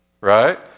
right